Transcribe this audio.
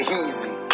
easy